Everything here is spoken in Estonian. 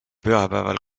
pühapäeval